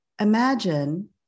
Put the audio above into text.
imagine